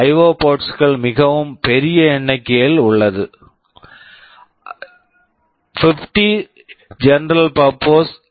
ஓ IO ports ports கள் மிகவும் பெரிய எண்ணிக்கையில் உள்ளது 50 ஜெனரல் பர்ப்போஸ் ஐ